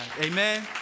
amen